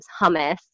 hummus